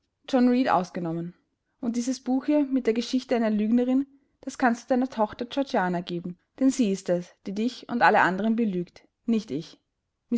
john reed ausgenommen und dieses buch hier mit der geschichte einer lügnerin das kannst du deiner tochter georgiana geben denn sie ist es die dich und alle anderen belügt nicht ich